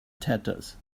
tatters